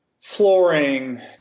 flooring